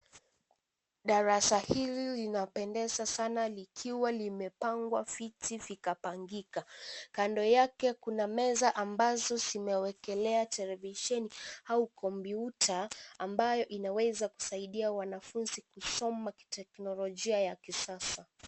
Darasa hili linapeneza sana likiwa limeangwa viti vikapangika. Kando yake kuna meza ambazo zimewekelea televisheni au kompyuta ambayo inaweza kusaida wanafunzi kusoma kiteknolojia ya kisasa.